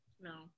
no